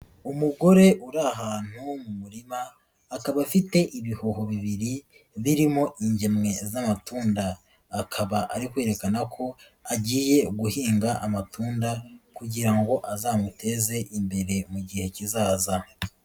Umugore uri ahantu mu murima akaba afite ibihoho bibiri birimo ingemwe z'amatunda, akaba ari kwerekana ko agiye guhinga amatunda kugira ngo azamuteze imbere mu gihe kizaza.